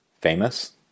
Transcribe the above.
famous